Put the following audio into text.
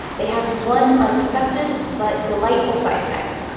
they had one unexpected but delightful side effect.